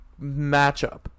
matchup